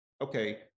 okay